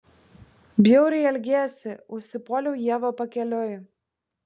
bjauriai elgiesi užsipuoliau ievą pakeliui